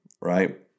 right